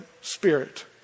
Spirit